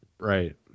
right